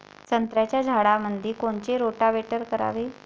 संत्र्याच्या झाडामंदी कोनचे रोटावेटर करावे?